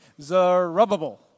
Zerubbabel